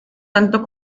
tanto